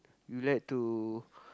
you like to